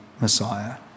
Messiah